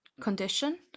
condition